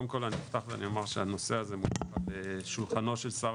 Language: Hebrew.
קודם כל אני אפתח ואומר שהנושא הזה נמצא בשולחנו של שר